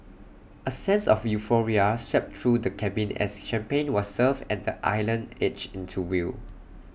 A sense of euphoria swept through the cabin as champagne was served and the island edged into view